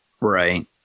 Right